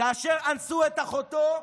כאשר אנסו את אחותו,